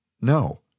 no